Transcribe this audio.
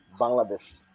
Bangladesh